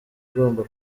igomba